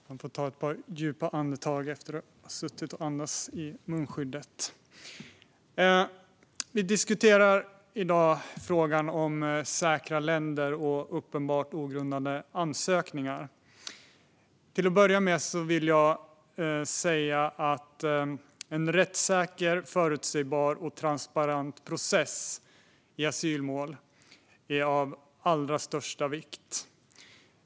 Herr talman! Vi diskuterar i dag frågan om säkra länder och uppenbart ogrundade asylansökningar. Till att börja med vill jag säga att en rättssäker, förutsägbar och transparent process i asylmål är av allra största vikt.